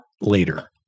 later